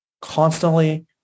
constantly